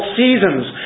seasons